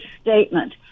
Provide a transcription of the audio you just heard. statement